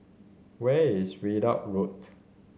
where is Ridout Road